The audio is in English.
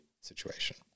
situation